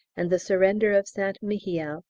and the surrender of st mihiel,